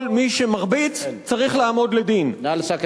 כל מי שמרביץ צריך לעמוד לדין, נא לסכם.